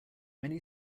many